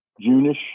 June-ish